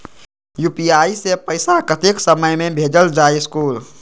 UPI से पैसा कतेक समय मे भेजल जा स्कूल?